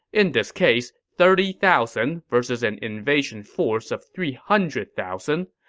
in this case, thirty thousand vs. an invasion force of three hundred thousand.